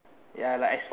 ya like as fast